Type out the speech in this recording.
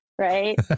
right